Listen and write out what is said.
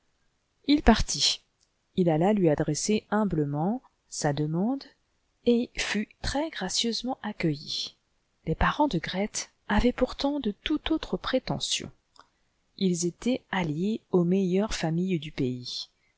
il partit il alla lui adresser humblement sa jç demande et fut très gracieusement accueilli les parents de grethe avaient pourtant de tout antres prétentions ils étaient alliés aux meilleures familles du pays